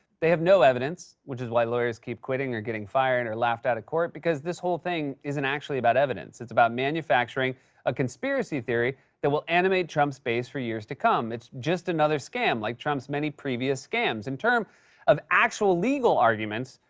they have no evidence, which is why lawyers keep quitting or getting fired and or laughed out of court because this whole thing isn't actually about evidence. it's about manufacturing a conspiracy theory that will animate trump's base for years to come. it's just another scam like trump's many previous scams. in terms of actual legal arguments,